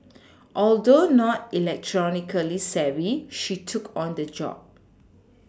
although not electronically savvy she took on the job